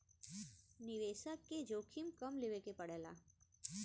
निवेसक के जोखिम कम लेवे के पड़ेला